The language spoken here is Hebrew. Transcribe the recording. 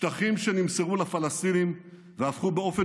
שטחים שנמסרו לפלסטינים והפכו באופן